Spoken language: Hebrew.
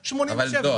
אבל אפשר,